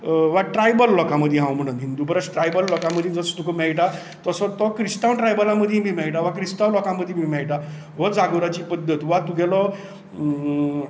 वा ट्रायबल लोकां मदीं हांव म्हणत हिंदू परस ट्रायबल लोकां मदीं जसो तुकां मेळटा तसो तो क्रिस्तांव ट्रायबल मदींय बी मेळटा वा क्रिस्तांव लोकां मदींय बी मेळटा हो जागोराची पद्दत वा तुगेलो